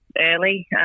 early